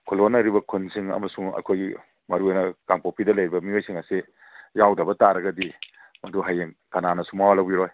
ꯈꯨꯜꯂꯣꯟꯅꯔꯤꯕ ꯈꯨꯟꯁꯤꯡ ꯑꯃꯁꯨꯡ ꯑꯩꯈꯣꯏ ꯃꯔꯨ ꯑꯣꯏꯅ ꯀꯥꯡꯄꯣꯛꯄꯤꯗ ꯂꯩꯔꯤꯕ ꯃꯤꯑꯣꯏꯁꯤꯡ ꯑꯁꯤ ꯌꯥꯎꯗꯕ ꯇꯥꯔꯒꯗꯤ ꯃꯗꯨ ꯍꯌꯦꯡ ꯀꯅꯥꯅꯁꯨ ꯃꯋꯥ ꯂꯧꯕꯤꯔꯣꯏ